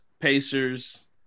Pacers